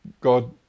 God